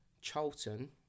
Charlton